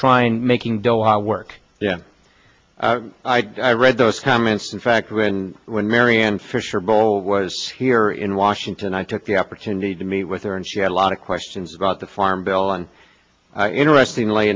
try and making doha work yeah i read those comments in fact when when marianne fisher bowl was here in washington i took the opportunity to meet with her and she had a lot of questions about the farm bill and interestingly